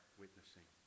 witnessing